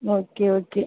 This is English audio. okay okay